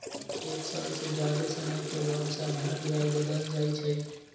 एक साल से जादे समय के बाद साधारण ब्याज बदल जाई छई